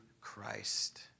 Christ